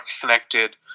connected